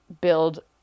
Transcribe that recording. build